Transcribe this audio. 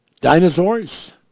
dinosaurs